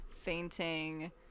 fainting